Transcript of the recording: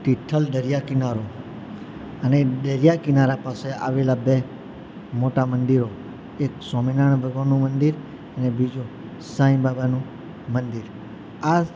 તિથલ દરિયા કિનારો અને દરિયા કિનારા પાસે આવેલા બે મોટા મંદિરો એક સ્વામિનારાયણ ભગવાનનું મંદિર અને બીજું સાંઈ બાબાનું મંદિર આ